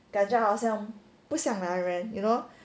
感觉好像不像男人 you know